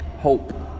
Hope